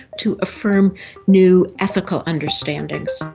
to affirm new ethical understandings.